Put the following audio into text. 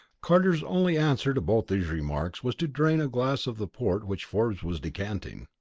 carter's only answer to both these remarks was to drain a glass of the port which forbes was decanting.